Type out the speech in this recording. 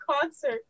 concert